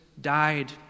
died